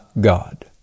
God